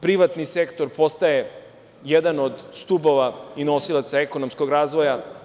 Privatni sektor postaje jedan od stubova i nosilaca ekonomskog razvoja.